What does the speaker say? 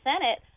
Senate